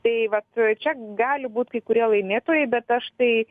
tai vat čia gali būt kai kurie laimėtojai bet aš tai